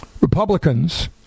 Republicans